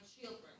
children